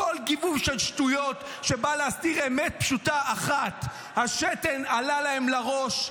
הכול גיבוב של שטויות שבא להסתיר אמת פשוטה אחת: השתן עלה להם לראש.